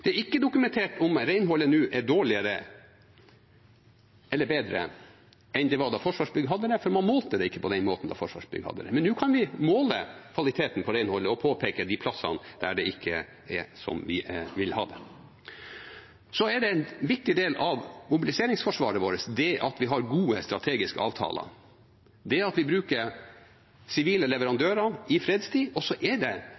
Det er ikke dokumentert om renholdet er dårligere eller bedre enn det var da Forsvarsbygg hadde det, for man målte det ikke på den måten da Forsvarsbygg hadde det. Men nå kan vi måle kvaliteten på renholdet og påpeke de plassene der det ikke er som vi vil ha det. Det er en viktig del av mobiliseringsforsvaret vårt at vi har gode strategiske avtaler, at vi bruker sivile leverandører i fredstid, og det